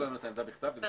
נעשה מאמץ.